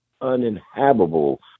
uninhabitable